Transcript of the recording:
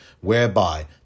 whereby